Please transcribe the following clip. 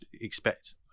expect